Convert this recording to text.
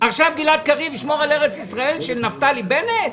עכשיו גלעד קריב ישמור על ארץ ישראל של נפתלי בנט?